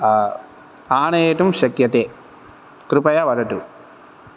आनयतुं शक्यते कृपया वदतु